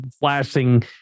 flashing